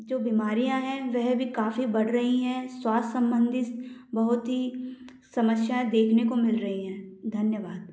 जो बीमारियाँ हैं वह भी काफी बढ़ रहीं हैं स्वास्थ सम्बन्धी बहुत ही समस्याएँ देखने को मिल रहीं हैं धन्यवाद